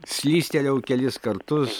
slystelėjau kelis kartus